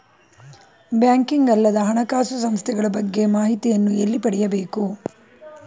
Banking ಅಲ್ಲದ ಹಣಕಾಸು ಸಂಸ್ಥೆಗಳ ಬಗ್ಗೆ ಮಾಹಿತಿಯನ್ನು ಎಲ್ಲಿ ಪಡೆಯಬೇಕು?